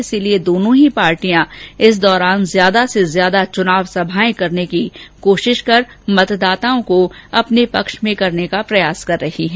इसलिए दोनों ही पार्टियां इस दौरान ज्यादा से ज्यादा चुनावी सभाएं करने की कोशिश कर मतदाताओं को अपने पक्ष में करने का प्रयास कर रही है